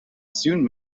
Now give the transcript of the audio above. soon